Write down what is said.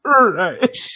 Right